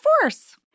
force